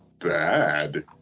bad